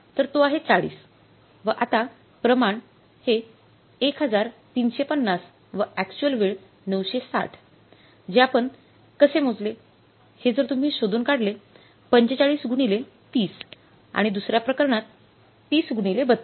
तर तो आहे ४० व आता प्रमाण वे १३५० व अक्चुअल वेळ ९६० जे आपण हे कसे मोजले हे जर तुम्ही शोधून काढले ४५ गुणिले ३० आणि दुसऱ्या प्रकरणात ३० गुणिले ३२